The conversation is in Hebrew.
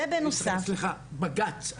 סליחה, היה בג"ץ.